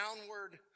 downward